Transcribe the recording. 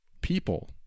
people